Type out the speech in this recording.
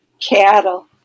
cattle